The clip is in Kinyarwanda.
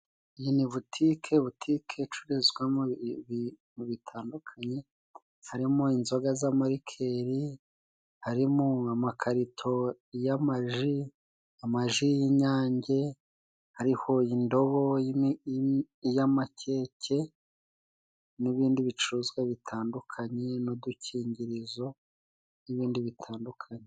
Iyi ni butike butike icururizwamo ibintu bitandukanye, harimo inzoga z'amarikeri harimo amakarito y'amaji amaji y'inyange, hariho indobo y'amakeke n'ibindi bicuruzwa bitandukanye, n'udukingirizo n'ibindi bitandukanye.